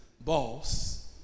boss